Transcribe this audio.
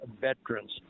veterans